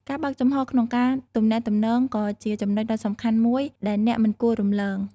ការបើកចំហរក្នុងការទំនាក់ទំនងក៏ជាចំណុចដ៏សំខាន់មួយដែលអ្នកមិនគួររំលង។